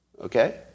Okay